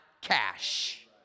cash